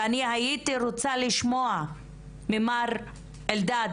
אני הייתי רוצה לשמוע ממר אלדד